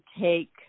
take